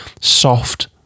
soft